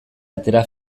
atera